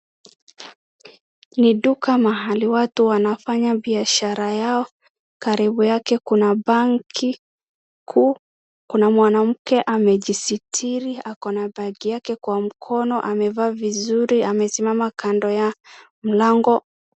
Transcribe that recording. Ni duka mahali watu wanafanya bishara yao. Karibu yake kuna banki kuu. Kuna mwanamke amejisitiri akona bag yake kwa mkono amevaa vizuri amesimama kando ya mlango.